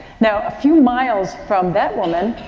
now, a few miles from that woman,